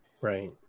Right